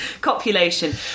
copulation